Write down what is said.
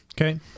Okay